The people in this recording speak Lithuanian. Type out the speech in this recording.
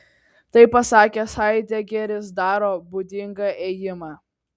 tai pasakęs haidegeris daro būdingą ėjimą